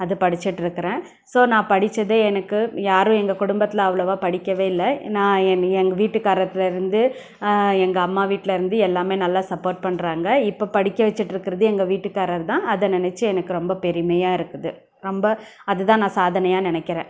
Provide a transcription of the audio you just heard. அது படிச்சிட்டுருக்கறேன் ஸோ நான் படிச்சது எனக்கு யாரும் எங்கள் குடும்பத்தில் அவ்ளோவாக படிக்கவே இல்லை நான் என் எங்கள் வீட்டுக்காரர்லருந்து எங்கள் அம்மா வீட்லருந்து எல்லாமே நல்லா சப்போட் பண்ணுறாங்க இப்போ படிக்க வச்சிகிட்டு இருக்கிறது எங்கள் வீட்டுக்காரர் தான் அதை நினச்சி எனக்கு ரொம்ப பெருமையாக இருக்குது ரொம்ப அது தான் நான் சாதனையாக நினைக்கிறேன்